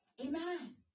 Amen